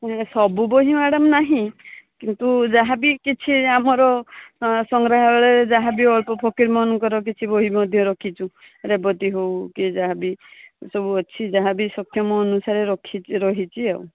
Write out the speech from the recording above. ନା ସବୁ ବହି ମ୍ୟାଡମ୍ ନାହିଁ କିନ୍ତୁ ଯାହା ବି କିଛି ଆମର ସଂଗ୍ରହାଳୟରେ ଯାହା ବି ଅଳ୍ପ ଫକୀର ମୋହନଙ୍କର କିଛି ବହି ମଧ୍ୟ ରଖିଛୁ ରେବତୀ ହେଉ କି ଯାହା ବି ସବୁ ଅଛି ଯାହାବି ସକ୍ଷମ ଅନୁସାରେ ରଖିଛୁ ରହିଛି ଆଉ